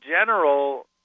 general